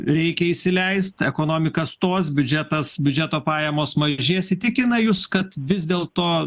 reikia įsileist ekonomiką stos biudžetas biudžeto pajamos mažės įtikina jus kad vis dėl to